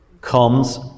comes